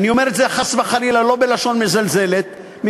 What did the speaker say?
אני אומר את זה לא בלשון מזלזלת חס וחלילה,